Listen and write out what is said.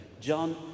john